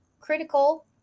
critical